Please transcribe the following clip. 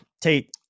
Tate